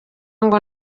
ngo